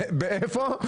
איפה?